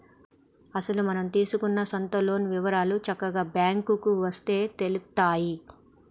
అసలు మనం తీసుకున్న సొంత లోన్ వివరాలు చక్కగా బ్యాంకుకు వస్తే తెలుత్తాయి